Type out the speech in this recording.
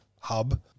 hub